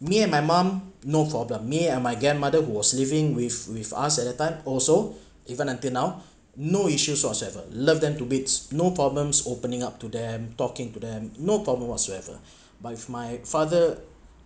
me and my mom no problem me and my grandmother was living with with us at that time also even until now no issues whatever love them to bits no problems opening up to them talking to them no problem whatsoever but my father